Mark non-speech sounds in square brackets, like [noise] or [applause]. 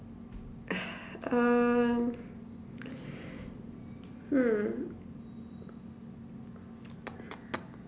[noise] um hmm [noise]